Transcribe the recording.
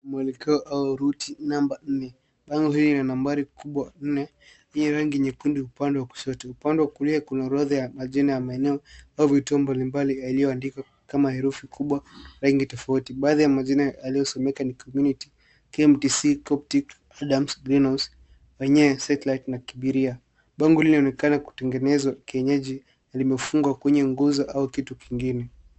Mwelekeo au ruti namba nne. Bango hili lina nambari kubwa nne, iliyo rangi nyekundu upande wa kushoto. Upande wa kulia kuna orodha ya majina ya maeneo au vituo mbalimbali yaliyoandikwa kama herufi kubwa rangi tofauti. Baadhi ya majina yaliyosomeka ni community , KMTC Coptic, parliams , greenhouse lenye satelight na kibiria. Bango hili linaonekana kutengenezwa kienyeji na limefungwa kwenye nguzo au kitu kingine.